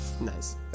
Nice